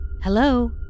Hello